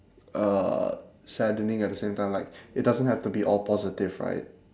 uh saddening at the same time like it doesn't have to be all positive right